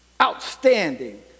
outstanding